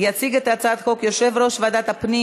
יציג את הצעת החוק יושב-ראש ועדת הפנים